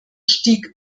stieg